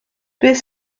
beth